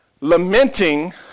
Lamenting